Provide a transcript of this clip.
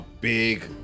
big